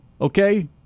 okay